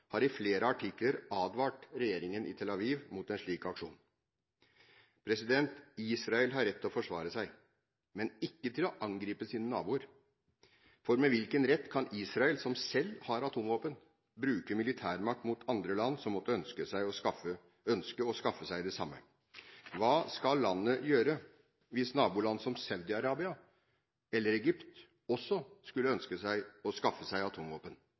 har i flere artikler advart regjeringen i Tel Aviv mot en slik aksjon. Israel har rett til å forsvare seg – men ikke til å angripe sine naboer. For med hvilken rett kan Israel, som selv har atomvåpen, bruke militærmakt mot andre land som måtte ønske å skaffe seg det samme? Hva skal landet gjøre hvis naboland som Saudi-Arabia eller Egypt også skulle ønske å skaffe seg atomvåpen? Skal også disse angripes? Arbeidet for å forhindre at Iran og Nord-Korea skaffer seg